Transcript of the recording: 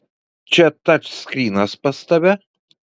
čia tačskrynas pas tave